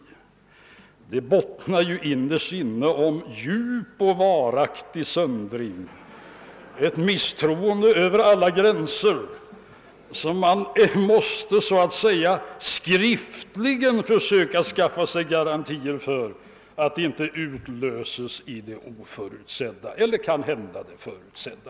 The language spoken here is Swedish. Det bottnar ju innerst inne i djup och varaktig söndring och i ett misstroende över alla gränser, när man så att säga måste skriftligen skaffa sig garantier för att det inte utlöses i det oförutsedda — eller kanske i det förutsedda.